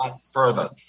further